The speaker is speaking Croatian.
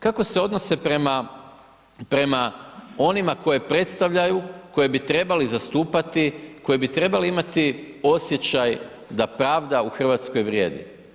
Kako se odnose prema onima koje predstavljaju, koje bi trebali zastupati, koji bi trebali imati osjećaj da pravda u RH vrijedi.